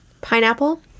Pineapple